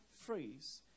phrase